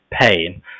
pain